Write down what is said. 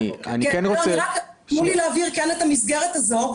אני רוצה --- תנו לי להבהיר את המסגרת הזו,